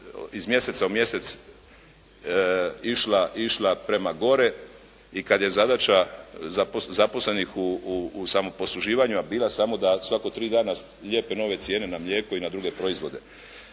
iz mjeseca u mjesec išla prema gore i kada je zadaća zaposlenih u samoposluživanju, a bila samo da svaka tri dana lijepe nove cijene na mlijeko i na druge proizvode.